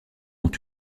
ont